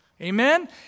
Amen